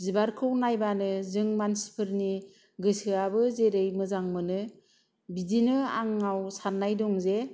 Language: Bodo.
बिबारखौ नायबानो जों मानसिफोरनि गोसोआबो जेरै मोजां मोनो बिदिनो आंनाव साननाय दं जे